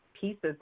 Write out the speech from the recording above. pieces